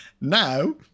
Now